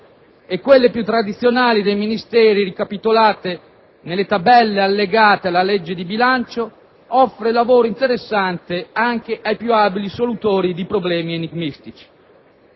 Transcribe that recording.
e quelle più tradizionali dei Ministero, ricapitolate nelle tabelle allegate alla legge di bilancio, offre lavoro interessante anche ai più abili solutori di problemi enigmistici.